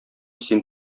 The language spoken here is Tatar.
син